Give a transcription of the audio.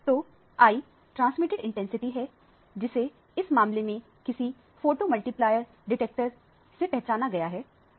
तो I transmitted intensity है जिसे इस मामले में किसी फोटोमल्टीप्लायर डिटेक्टर से पहचाना गया है